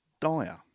dire